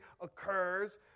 occurs